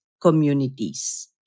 communities